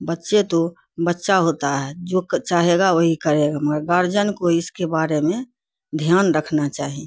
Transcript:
بچے تو بچہ ہوتا ہے جو چاہے گا وہی کرے گا مگر گارجن کو اس کے بارے میں دھیان رکھنا چاہیے